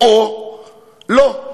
או לא.